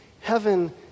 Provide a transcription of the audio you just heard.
Heaven